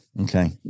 Okay